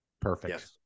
Perfect